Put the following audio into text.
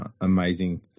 amazing